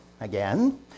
again